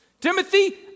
Timothy